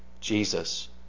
Jesus